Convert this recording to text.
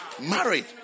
Married